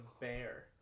bear